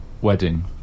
wedding